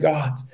God